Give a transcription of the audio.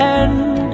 end